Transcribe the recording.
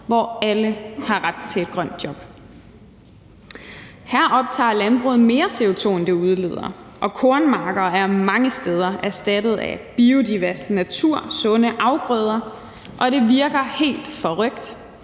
hvor alle har ret til et grønt job. Her optager landbruget mere CO2, end det udleder, og kornmarker er mange steder erstattet af biodivers natur, sunde afgrøder, og det virker helt forrykt,